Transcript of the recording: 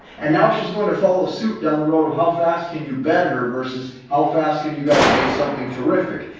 and now she's going to follow suit down the road of how fast can you bet her versus how fast can you guys make something terrific.